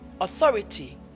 authority